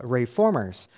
Reformers